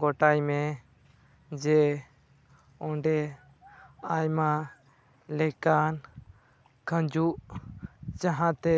ᱜᱚᱴᱟᱭ ᱢᱮ ᱡᱮ ᱚᱸᱰᱮ ᱟᱭᱢᱟ ᱞᱮᱠᱟᱱ ᱠᱷᱟᱺᱡᱩᱜ ᱡᱟᱦᱟᱸᱛᱮ